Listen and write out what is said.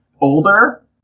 older